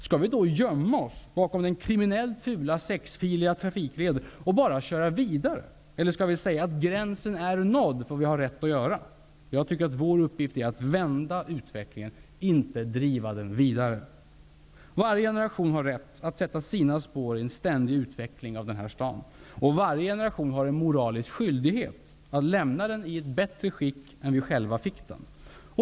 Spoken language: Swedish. Skall vi då gömma oss bakom den kriminellt fula sexfiliga trafikleden och bara köra vidare eller skall vi säga att gränsen är nådd för vad vi har rätt att göra? Jag tycker att vår uppgift är att vända utvecklingen -- inte att driva den vidare. Varje generation har rätt att sätta sina spår i en ständig utveckling av den här staden. Och varje generation har en moralisk skyldighet att lämna den i ett bättre skick än vi själva fick den.